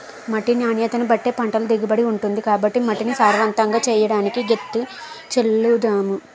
మట్టి నాణ్యతను బట్టే పంటల దిగుబడి ఉంటుంది కాబట్టి మట్టిని సారవంతంగా చెయ్యడానికి గెత్తం జల్లుతారు